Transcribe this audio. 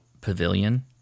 Pavilion